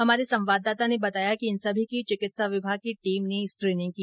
हमारे संवाददाता ने बताया कि इन सभी की चिकित्सा विभाग की टीम ने स्क्रीनिंग की